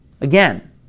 again